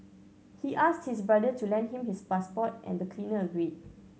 he asked his brother to lend him his passport and the cleaner agreed